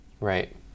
Right